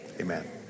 amen